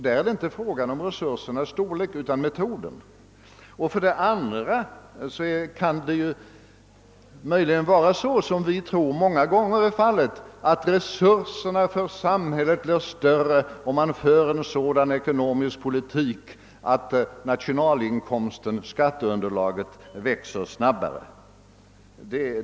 Där är det inte fråga om resursernas storlek utan om metoden. För det andra kan det möjligen vara så, som vi tror många gånger vara fallet, att samhällets resurser blir större om det förs en sådan ekonomisk politik att nationalinkomsten och skatteunderlaget växer snabbare.